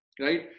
right